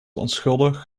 onschuldig